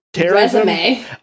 resume